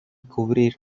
cubrir